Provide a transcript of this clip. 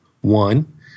One